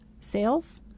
sales